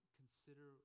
consider